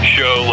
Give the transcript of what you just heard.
show